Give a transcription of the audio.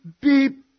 beep